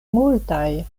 multaj